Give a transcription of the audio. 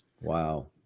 Wow